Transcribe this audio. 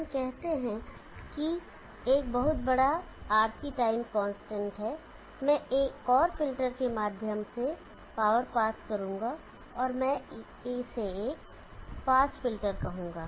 हम कहते हैं कि एक बहुत बड़ा RC टाइम कांस्टेंट है मैं एक और फिल्टर के माध्यम से पावर पास करूंगा और मैं इसे एक फास्ट फिल्टर कहूंगा